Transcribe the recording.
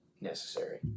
necessary